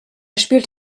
spielt